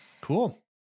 Cool